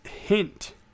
hint